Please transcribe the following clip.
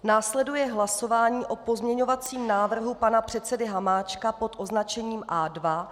Následuje hlasování o pozměňovacím návrhu pana předsedy Hamáčka pod označením A2.